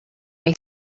may